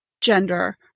gender